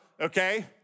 okay